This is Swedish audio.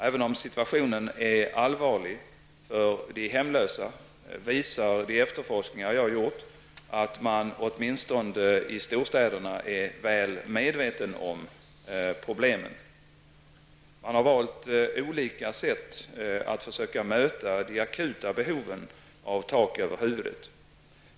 Även om situationen är allvarlig för de hemlösa, visar de efterforskningar jag gjort att man åtminstone i storstäderna är väl medveten om problemen. Man har valt olika sätt att försöka möta de akuta behoven av tak över huvudet.